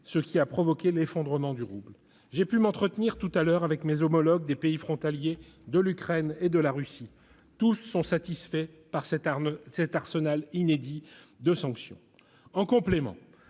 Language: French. ce qui a provoqué l'effondrement du rouble. J'ai pu m'entretenir précédemment avec mes homologues des pays frontaliers de l'Ukraine et de la Russie : tous sont satisfaits de cet arsenal inédit de sanctions. En complément,